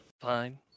Fine